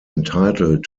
entitled